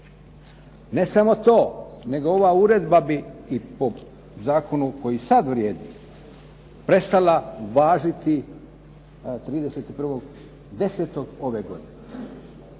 Ne samo to, nego ova uredba bi i po zakonu koji sada vrijedi, prestala važiti 31. 10. ove godine.